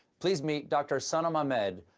please meet dr. sanam ahmed,